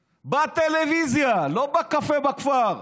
בטלוויזיה, לא בקפה בכפר.